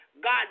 God